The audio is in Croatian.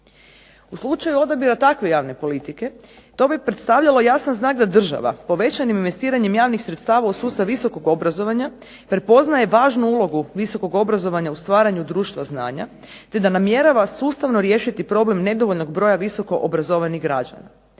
U slučaju odabira takve javne politike to bi predstavljalo jasan znak da država povećanim investiranjem javnih sredstava u sustav visokog obrazovanja prepoznaje važnu ulogu visokog obrazovanja u stvaranju društva znanja te da namjerava sustavno riješiti problem nedovoljnog broja visoko obrazovanih građana.